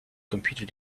computer